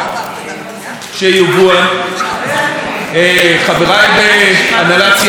חבריי בהנהלת סיעת הליכוד עליזה,